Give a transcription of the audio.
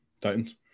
Titans